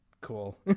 cool